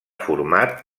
format